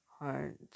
...hard